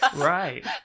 right